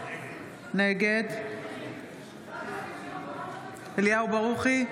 נגד אליהו ברוכי,